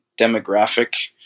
demographic